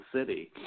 city